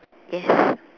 yes